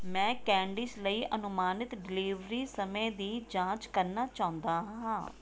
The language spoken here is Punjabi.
ਮੈਂ ਕੈਂਡੀਜ਼ ਲਈ ਅਨੁਮਾਨਿਤ ਡਿਲੀਵਰੀ ਸਮੇਂ ਦੀ ਜਾਂਚ ਕਰਨਾ ਚਾਹੁੰਦਾ ਹਾਂ